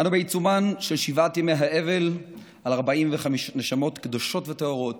אנו בעיצומם של שבעת ימי האבל על 45 נשמות קדושות וטהורות